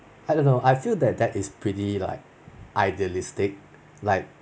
I don't know I feel that that is pretty like idealistic like